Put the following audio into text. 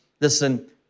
listen